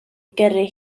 gyrru